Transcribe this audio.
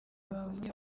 bavuye